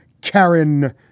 Karen